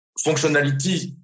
Functionality